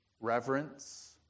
reverence